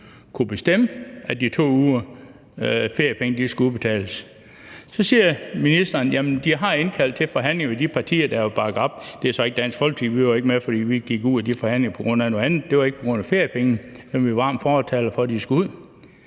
kunne bestemme, at de 2 ugers feriepenge skulle udbetales. Så siger ministeren, at man har indkaldt de partier, der vil bakke op, til forhandlinger. Det er så ikke Dansk Folkeparti. Vi var ikke med, for vi gik ud af de forhandlinger på grund af noget andet. Det var ikke på grund af feriepengene; dem er vi varme fortalere for skal